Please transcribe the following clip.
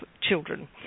children